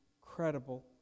credible